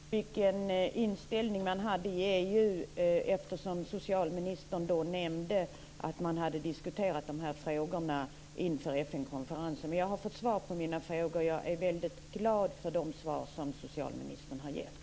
Fru talman! Det tackar jag för. Jag har egentligen fått svar på det här med vilken inställning man hade i EU eftersom socialministern nämnde att man har diskuterat frågorna inför FN-konferensen. Jag har fått svar på mina frågor, och jag är väldigt glad för de svar som socialministern har givit.